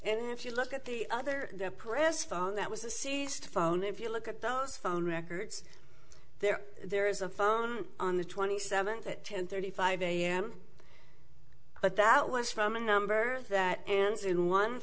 and if you look at the other press phone that was a seized phone if you look at those phone records there there is a phone on the twenty seventh at ten thirty five am but that was from a number that an